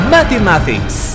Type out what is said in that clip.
Mathematics